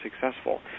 successful